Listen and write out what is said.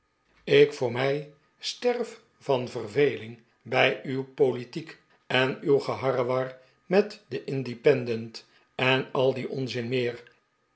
ik voor mij sterf van verveling bij uw politiek en uw geharrewar met den independent en al dien onzin meer